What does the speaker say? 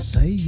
Say